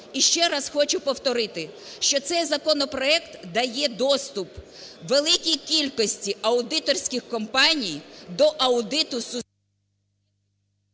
І ще раз хочу повторити, що цей законопроект дає доступ великій кількості аудиторських компаній до аудиту… ГОЛОВУЮЧИЙ.